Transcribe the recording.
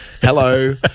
hello